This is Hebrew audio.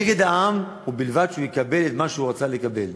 נגד העם, ובלבד שהוא יקבל את מה שהוא רצה לקבל.